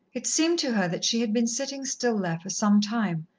it seemed to her that she had been sitting still there for some time,